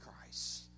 Christ